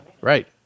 right